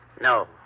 No